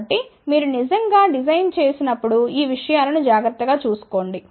కాబట్టి మీరు నిజంగా డిజైన్ చేసినప్పుడు ఈ విషయాలను జాగ్రత్తగా చూసుకోండి